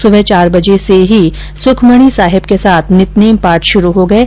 सुबह चार बजे से ही सुखमणी साहिब के साथ नितनेम पाठ शुरू हो गये है